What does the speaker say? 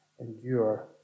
endure